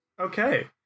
okay